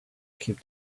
keep